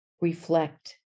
reflect